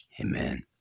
Amen